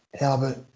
Albert